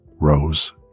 Rose